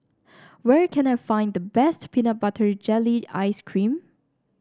where can I find the best Peanut Butter Jelly Ice cream